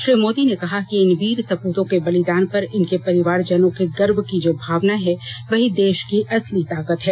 श्री मोदी ने कहा कि इन वीर सपूतों के बलिदान पर इनके परिवारजनों के गर्व की जो भावना है वही देश की असली ताकत है